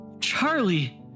Charlie